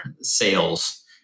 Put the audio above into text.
sales